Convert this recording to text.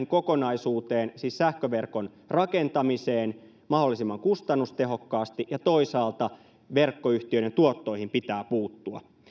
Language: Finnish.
kokonaisuuteen siis sähköverkon rakentamiseen mahdollisimman kustannustehokkaasti ja toisaalta verkkoyhtiöiden tuottoihin pitää puuttua